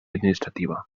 administrativa